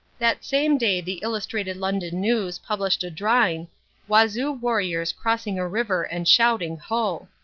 that same day the illustrated london news published a drawing wazoo warriors crossing a river and shouting, ho!